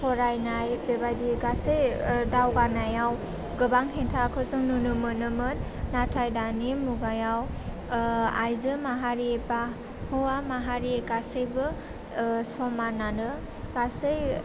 फरायनाय बेबायदि गासै दावगानायाव गोबां हेंथाखौ जों नुनो मोनोमोन नाथाय दानि मुगायाव आइजो माहारि बा हौवा माहारि गासैबो समानानो गासै